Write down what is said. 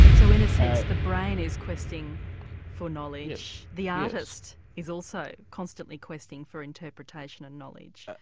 so in a sense the brain is questing for knowledge, the artist is also constantly questing for interpretation and knowledge.